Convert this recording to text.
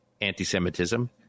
anti-Semitism